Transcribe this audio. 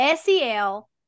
SEL